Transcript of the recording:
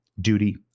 duty